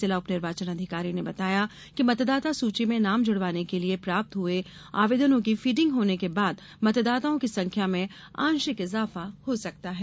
जिला उप निर्वाचन अधिकारी ने बताया कि मतदाता सूची में नाम जुड़वाने के लिए प्राप्त हुए आवेदनों की फीडिंग होने के बाद मतदाताओं की संख्या में आंशिक इजाफा हो सकता है